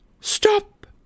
Stop